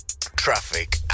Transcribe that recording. traffic